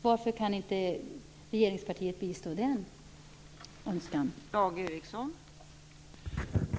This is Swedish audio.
Varför kan inte regeringspartiet bistå den önskan?